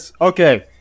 okay